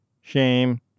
shame